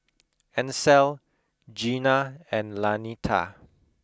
Ancel Gena and Lanita